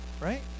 Right